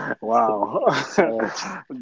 Wow